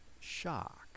shock